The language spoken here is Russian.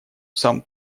сам